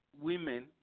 women